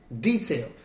detail